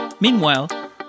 meanwhile